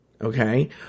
Okay